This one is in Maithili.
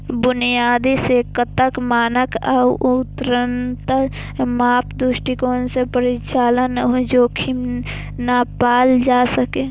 बुनियादी संकेतक, मानक आ उन्नत माप दृष्टिकोण सं परिचालन जोखिम नापल जा सकैए